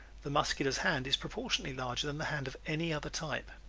the muscular's hand is proportionately larger than the hand of any other type.